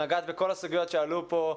נגעת בכל הסוגיות שעלו פה.